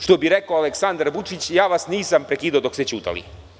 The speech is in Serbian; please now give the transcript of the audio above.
Što bi rekao Aleksandar Vučić – ja vas nisam prekidao dok ste ćutali.